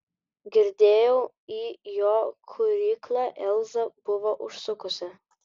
girdėjau į jo kūryklą elza buvo užsukusi